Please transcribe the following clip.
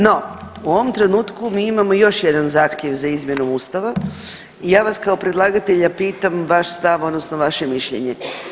No, u ovom trenutku mi imamo još jedan zahtjev za izmjenom Ustava i ja vas kao predlagatelja pitam vaš stav, odnosno vaše mišljenje.